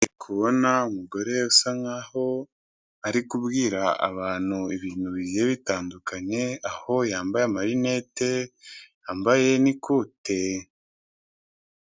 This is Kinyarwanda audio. Ndi kubona umugore usa nk'aho ari kubwira abantu ibintu bigiye bitandukanye, aho yambaye amarinete, yambaye n'ikote.